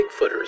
Bigfooters